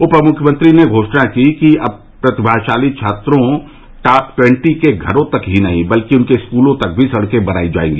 उपमुख्यमंत्री ने घोषणा की कि अब प्रतिभाशाली छात्रों टॉप ट्वन्टी के घरों तक ही नहीं बल्कि उनके स्कूलों तक भी सड़के बनायी जायेंगी